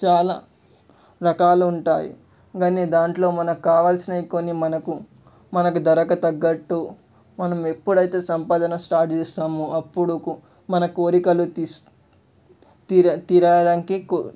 చాలా రకాలు ఉంటాయి కాని దాంట్లో మనకి కావలసినవి కొన్ని మనకు మన ధరకి తగ్గటు మనం ఎప్పుడైతే సంపాదన స్టార్ట్ చేస్తామో అప్పుడు మన కోరికలు తీస్ తీరా తీరడానికి కొ